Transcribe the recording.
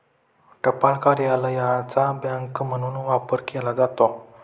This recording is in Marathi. टपाल कार्यालयाचा बँक म्हणून वापर केला जातो